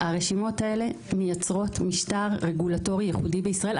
הרשימות הללו מייצרות משטר רגולטורי ייחודי בישראל.